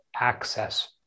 access